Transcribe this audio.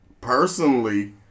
personally